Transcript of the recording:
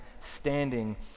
standing